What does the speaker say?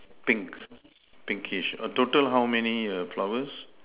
pink pinkish err total how many err flowers